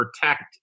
protect